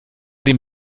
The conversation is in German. dem